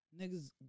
Niggas